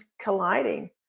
colliding